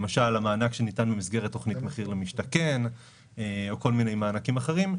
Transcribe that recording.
למשל המענק שניתן במסגרת תוכנית מחיר למשתכן או כל מיני מענקים אחרים,